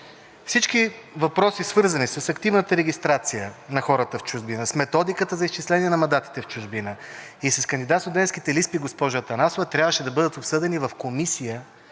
Всички въпроси, свързани с активната регистрация на хората в чужбина, с методиката за изчисление на мандатите в чужбина и с кандидатските листи, госпожо Атанасова, трябваше да бъдат обсъди в Комисията